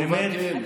אמת.